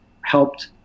helped